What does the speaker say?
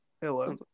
Hello